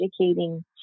educating